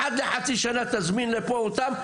אחת לחצי שנה תזמין לפה אותם,